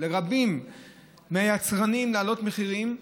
לרבים מהיצרנים להעלות מחירים.